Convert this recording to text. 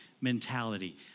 mentality